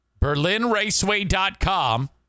Berlinraceway.com